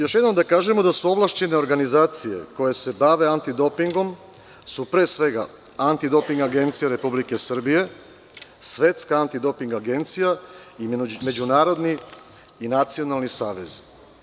Još jednom da kažemo da su ovlašćene organizacije koje se bave antidopingom pre svega Antidoping agencija Republike Srbije, Svetska antidoping agencija i međunarodni i nacionalni savezi.